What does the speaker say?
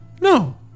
No